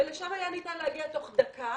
אתה הרי עוד לא יודע מהו, אם הוא אירוע דחוף,